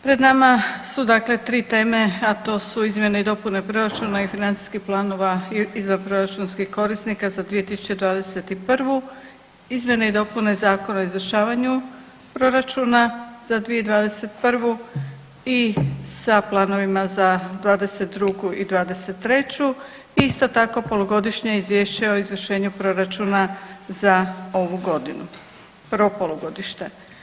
Pred nama su dakle tri teme, a to su izmjene i dopune proračuna i financijskih planova izvanproračunskih korisnika za 2021., izmjene i dopune Zakona o izvršavanju proračuna za 2021. i sa planovima za 22. i 23. isto tako polugodišnje izvješće o izvršenju proračuna za ovu godinu, prvo polugodište.